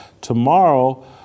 tomorrow